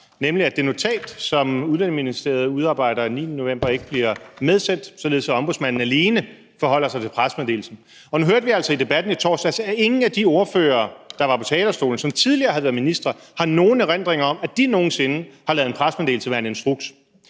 nemlig at det notat, som Udlændinge- og Integrationsministeriet udarbejder den 9. november, ikke bliver medsendt, således at Ombudsmanden alene forholder sig til pressemeddelelsen. Nu hørte vi altså i debatten i torsdags, at ingen af de ordførere, der var på talerstolen, og som tidligere har været ministre, har nogen erindring om, at de nogen sinde har ladet en pressemeddelelse være en instruks.